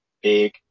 big